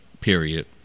period